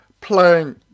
playing